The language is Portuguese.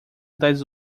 das